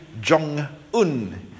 Jong-un